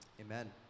amen